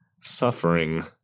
suffering